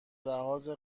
لحاظ